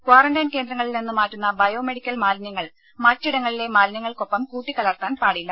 quarantine കേന്ദ്രങ്ങളിൽ നിന്ന് മാറ്റുന്ന ബയോ മെഡിക്കൽ മാലിന്യങ്ങൾ മറ്റിടങ്ങളിലെ മാലിന്യങ്ങൾക്കൊപ്പം കൂട്ടിക്കലർത്താൻ പാടില്ല